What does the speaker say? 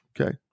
Okay